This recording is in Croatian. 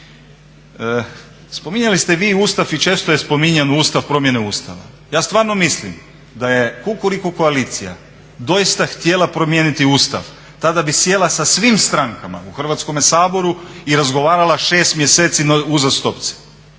Spominjali ste vi Ustav i često je spominjan Ustav, promjene Ustava. Ja stvarno mislim da je Kukuriku koalicija doista htjela promijeniti Ustav tada bi sjela sa svim strankama u Hrvatskom saboru i razgovarala 6 mjeseci uzastopce,